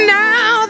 now